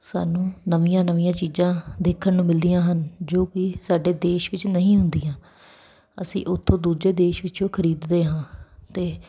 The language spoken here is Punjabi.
ਸਾਨੂੰ ਨਵੀਆਂ ਨਵੀਆਂ ਚੀਜ਼ਾਂ ਦੇਖਣ ਨੂੰ ਮਿਲਦੀਆਂ ਹਨ ਜੋ ਕਿ ਸਾਡੇ ਦੇਸ਼ ਵਿੱਚ ਨਹੀਂ ਹੁੰਦੀਆਂ ਅਸੀਂ ਉੱਥੋਂ ਦੂਜੇ ਦੇਸ਼ ਵਿੱਚੋਂ ਖਰੀਦਦੇ ਹਾਂ ਅਤੇ